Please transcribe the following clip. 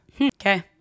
Okay